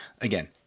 again